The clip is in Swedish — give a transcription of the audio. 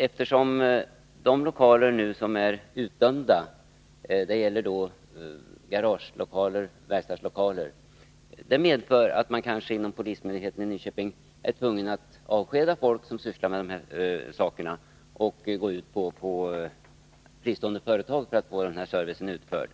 Eftersom de lokaler som nu används är utdömda — garage och verkstadslokaler — blir kanske polismyndigheten i Nyköping tvungen att avskeda folk som sysslar med sådant och gå ut till fristående företag för att få denna service utförd.